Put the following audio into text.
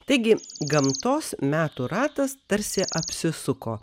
taigi gamtos metų ratas tarsi apsisuko